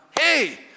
hey